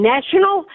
National